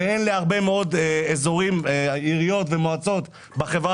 בזמן שלהרבה מאוד עיריות ומועצות בחברה